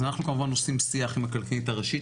אז אנחנו כמובן עושים שיח עם הכלכלנית הראשית